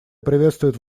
приветствует